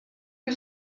que